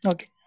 Okay